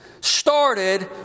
started